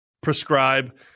prescribe